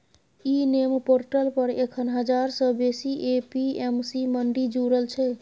इ NAM portal पर एखन हजार सँ बेसी ए.पी.एम.सी मंडी जुरल छै